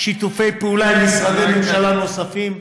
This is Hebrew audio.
בשיתוף פעולה עם משרדי ממשלה נוספים,